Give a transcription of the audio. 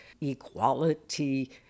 equality